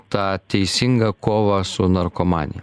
tą teisingą kovą su narkomanija